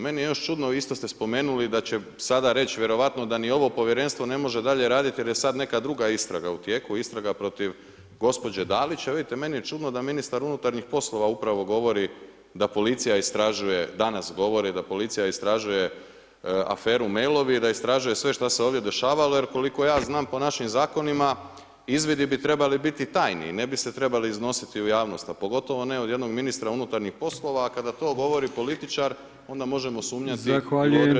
Meni je još čudno, isto ste spomenuli da će sada reć vjerojatno da ni ovo povjerenstvo ne može dalje radit jer je sad neka druga istraga u tijeku, istraga protiv gospođe Dalić, a vidite meni je čudno da ministar unutarnjih poslova upravo govori da policija istražuje, danas govori da policija istražuje aferu Mailovi i da istražuje sve šta se ovdje dešavalo jer koliko ja znam po našim zakonima izvidi bi trebali biti tajni i ne bi se trebali iznositi u javnost, a pogotovo ne od jednog ministra unutarnjih poslova, a kada to govori političar onda možemo sumnjati u određene zlouporabe.